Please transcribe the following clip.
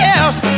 else